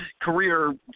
career